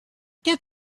get